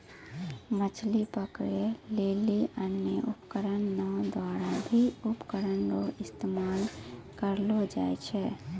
मछली पकड़ै लेली अन्य उपकरण नांव द्वारा भी उपकरण रो इस्तेमाल करलो जाय छै